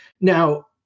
Now